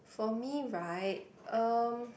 for me right um